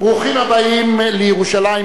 ברוכים הבאים לירושלים,